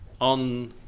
on